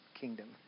kingdom